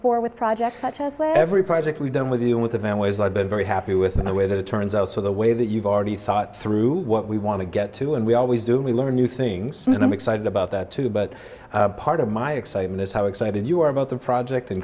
as every project we've done with you with the families i've been very happy with and i way that it turns out so the way that you've already thought through what we want to get to and we always do we learn new things and i'm excited about that too but part of my excitement is how excited you are about the project and